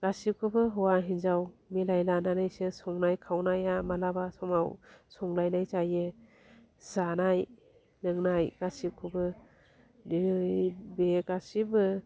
गासिखौबो हौवा हिन्जाव मिलाय लानानैसो संनाय खावनायआ मालाबा समाव संलायनाय जायो जानाय लोंनाय गासिखौबो बेयो गासिबो